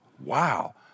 wow